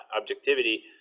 objectivity